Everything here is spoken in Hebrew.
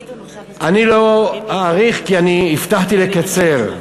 אני לא אאריך כי הבטחתי לקצר.